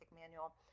manual